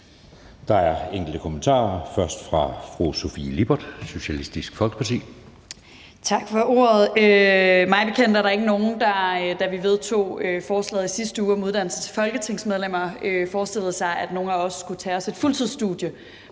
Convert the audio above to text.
Der er enkelte korte bemærkninger. Først fra fru Sofie Lippert, Socialistisk Folkeparti. Kl. 11:14 Sofie Lippert (SF): Tak for ordet. Mig bekendt var der ikke nogen, da vi vedtog forslaget i sidste uge om uddannelse til folketingsmedlemmer, der forestillede sig, at nogle af os skulle tage et fuldtidsstudie,